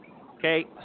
Okay